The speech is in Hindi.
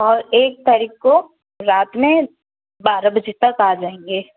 और एक तारीख को रात में बारह बजे तक आ जाएंगे